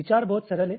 विचार बहुत सरल है